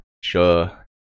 sure